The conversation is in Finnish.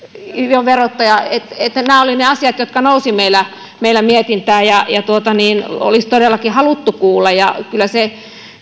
joo verottajaa nämä olivat ne asiat jotka nousivat meillä meillä mietintään ja joista olisi todella haluttu kuulla kyllä se